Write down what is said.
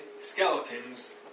skeletons